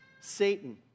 Satan